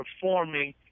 performing